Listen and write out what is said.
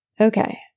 Okay